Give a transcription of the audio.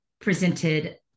presented